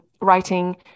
writing